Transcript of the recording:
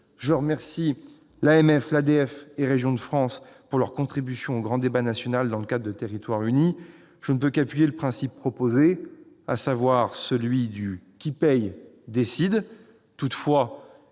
de France, et Régions de France pour leur contribution au grand débat national dans le cadre de Territoires unis. Je ne peux qu'appuyer le principe proposé, à savoir « qui paie décide ».